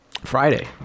Friday